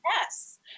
Yes